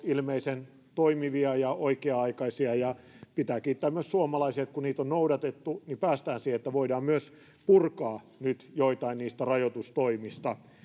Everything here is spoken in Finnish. ilmeisen toimivia ja oikea aikaisia pitää kiittää myös suomalaisia että kun niitä noudatettu niin päästään siihen että voidaan myös purkaa nyt joitain niistä rajoitustoimista